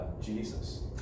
Jesus